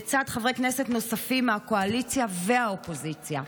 לצד חברי כנסת נוספים מהקואליציה והאופוזיציה,